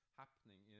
happening